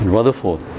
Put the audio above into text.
Rutherford